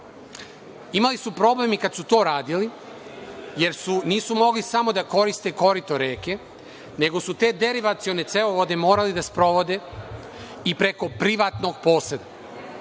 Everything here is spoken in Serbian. su problem i kad su to radili, jer nisu mogli samo da koriste korito reke, nego su te derivacione cevovode morali da sprovode i preko privatnog poseda.